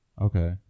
Okay